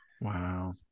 Wow